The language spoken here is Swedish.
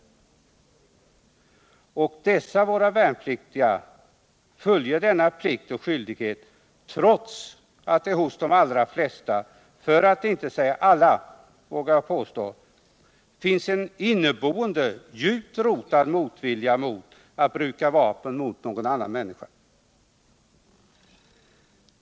Och dessa våra värnpliktiga fullgör denna plikt och skyldighet, trots att det hos de allra flesta för att inte säga alla, vågar jag påstå, finns en inneboende, djupt rotad motvilja mot att bruka vapen mot någon annan människa.